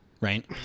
right